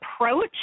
approach